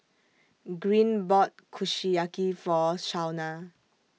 Green bought Kushiyaki For Shauna